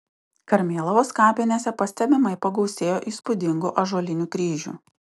karmėlavos kapinėse pastebimai pagausėjo įspūdingų ąžuolinių kryžių